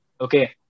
Okay